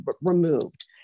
removed